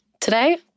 Today